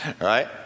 right